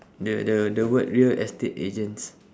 the the the word real estate agents